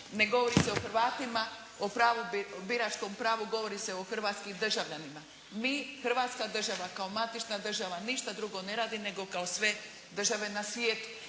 Ne govori se o Hrvatima, o pravu, biračkom pravu, govori se o hrvatskim državljanima. Mi, hrvatska država, kao matična država ništa drugo ne radi nego kao sve države na svijetu.